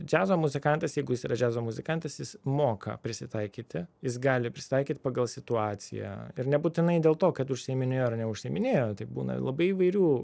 džiazo muzikantas jeigu jis yra džiazo muzikantas jis moka prisitaikyti jis gali prisitaikyt pagal situaciją ir nebūtinai dėl to kad užsiiminėja ar neužsiiminėja tai būna labai įvairių